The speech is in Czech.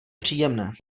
příjemné